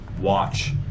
watch